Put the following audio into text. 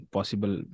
Possible